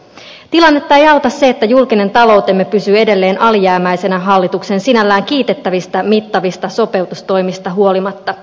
tilannetta ei auta se että julkinen taloutemme pysyy edelleen alijäämäisenä hallituksen sinällään kiitettävistä mittavista sopeutustoimista huolimatta